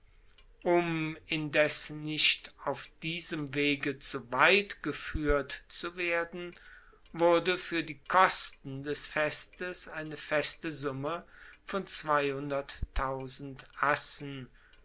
um indes nicht auf diesem wege zu weit gefuehrt zu werden wurde fuer die kosten des festes eine feste summe von assen